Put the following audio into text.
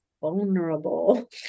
vulnerable